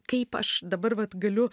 kaip aš dabar vat galiu